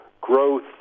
growth